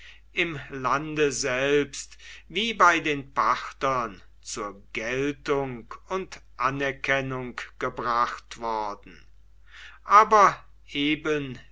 im lande selbst wie bei den parthern zur geltung und anerkennung gebracht worden aber eben